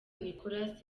nicolas